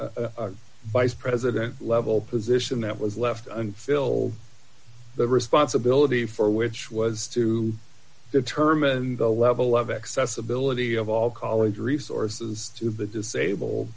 vice president level position that was left until the responsibility for which was to determine the level of accessibility of all college resources to the disabled